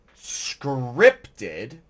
scripted